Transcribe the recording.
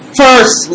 first